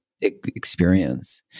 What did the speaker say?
experience